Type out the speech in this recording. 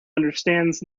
understands